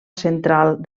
central